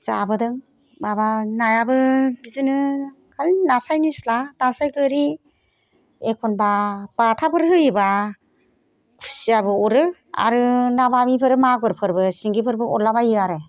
जाबोदों माबा नायाबो बिदिनो खालि नास्राइ निस्ला नास्राइ गोरि एखनबा बाथाफोर होयोबा खुसियाबो अरो आरो ना बामिफोर मागुरफोरबो सिंगिफोरबो अरलाबायो आरो